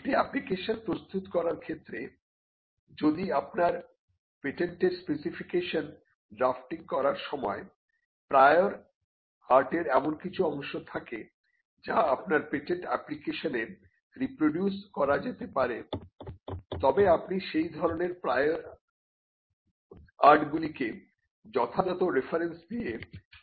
একটি এপ্লিকেশন প্রস্তুত করার ক্ষেত্রে যদি আপনার পেটেন্টের স্পেসিফিকেশন ড্রাফটিং করার সময় প্রায়র আর্টের এমন কিছু অংশ থাকে যা আপনার পেটেন্ট অ্যাপ্লিকেশনে রিপ্রডিউস করা যেতে পারে তবে আপনি সেই ধরনের প্রায়র আর্টগুলি কে যথাযথ রেফারেন্স দিয়ে